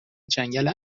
جنگل